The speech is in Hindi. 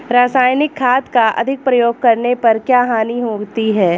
रासायनिक खाद का अधिक प्रयोग करने पर क्या हानि होती है?